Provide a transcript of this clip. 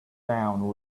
down